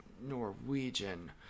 Norwegian